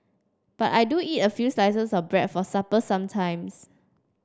but I do eat a few slices of bread for supper sometimes